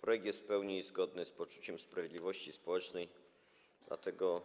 Projekt jest w pełni zgodny z poczuciem sprawiedliwości społecznej, dlatego